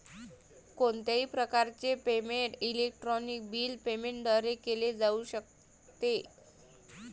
कोणत्याही प्रकारचे payment electronic bill payment द्वारे केले जाऊ शकते